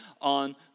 on